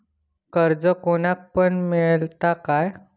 कर्ज कोणाक पण मेलता काय?